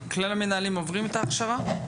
כלל המנהלים עוברים את ההכשרה?